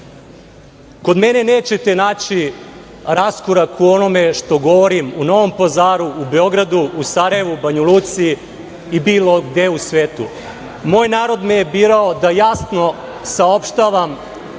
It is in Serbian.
mene nećete naći raskorak u onome što govorim u Novom Pazaru, u Beogradu, u Sarajevu, Banja Luci i bilo gde u svetu. Moj narod me je birao da jasno saopštavam